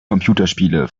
computerspiele